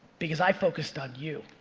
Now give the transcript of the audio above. because i focused on you.